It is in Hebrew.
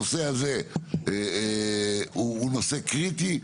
הנושא הזה הוא נושא קריטי,